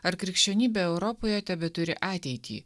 ar krikščionybė europoje tebeturi ateitį